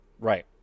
Right